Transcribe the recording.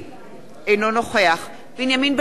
אינו נוכח בנימין בן-אליעזר,